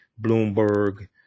Bloomberg